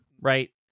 right